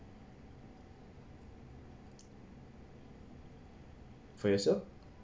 for yourself